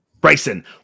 Bryson